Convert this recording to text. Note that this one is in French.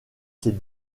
ses